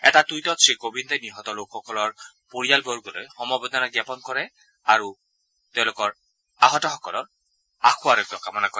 এটা টুইটত শ্ৰীকোবিন্দে নিহত লোকসকলৰ পৰিয়ালবৰ্গলৈ সমবদেনা জ্ঞাপন কৰাৰ লগতে আহতসকলৰ আশু আৰোগ্য কামনা কৰে